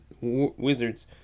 Wizards